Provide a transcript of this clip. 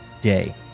day